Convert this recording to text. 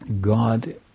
God